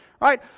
Right